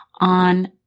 on